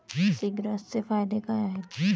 सीग्रासचे फायदे काय आहेत?